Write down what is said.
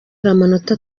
amanota